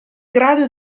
grado